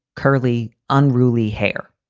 curly, unruly hair.